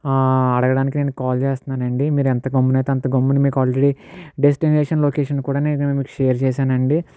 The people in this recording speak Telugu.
అడగడానికి నేను కాల్ చేస్తున్నాను అండి మీరు ఎంత గమ్మునైతే అంత గమ్మున మీకు ఆల్రెడీ డెస్టినేషన్ లోకేషన్ కూడా నేను మీకు షేర్ చేశాను అండి